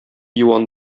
юан